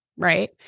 right